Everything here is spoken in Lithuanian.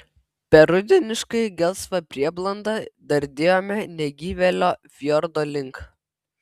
per rudeniškai gelsvą prieblandą dardėjome negyvėlio fjordo link